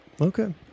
okay